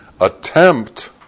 attempt